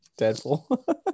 Deadpool